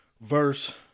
verse